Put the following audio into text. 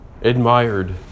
admired